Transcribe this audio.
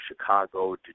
Chicago